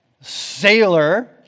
sailor